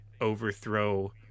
overthrow